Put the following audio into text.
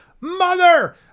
mother